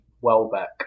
Welbeck